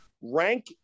Rank